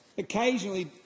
occasionally